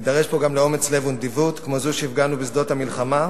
נידרש פה גם לאומץ לב ונדיבות כמו זו שהפגנו בשדות המלחמה,